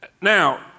Now